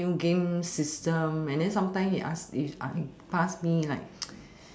a new game system and then sometime he ask he he ask me like